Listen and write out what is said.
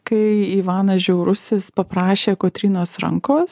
kai ivanas žiaurusis paprašė kotrynos rankos